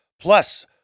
Plus